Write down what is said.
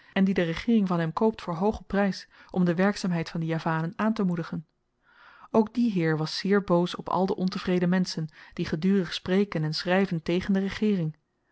en die de regeering van hem koopt voor hoogen prys om de werkzaamheid van die javanen aantemoedigen ook die heer was zeer boos op al de ontevreden menschen die gedurig spreken en schryven tegen de regeering